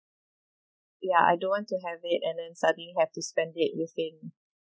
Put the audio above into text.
ya I don't want to have it and then suddenly have to spend it within